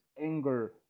anger